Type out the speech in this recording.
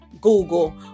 Google